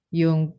yung